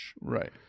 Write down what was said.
Right